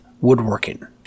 Woodworking